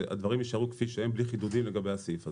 שהדברים יישארו כפי שהם בלי חידודים לגבי הסעיף הזה.